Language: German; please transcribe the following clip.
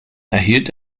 erhielt